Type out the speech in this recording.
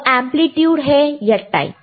वह एंप्लीट्यूड है या टाइम